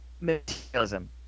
materialism